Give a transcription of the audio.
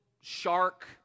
shark